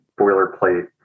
boilerplate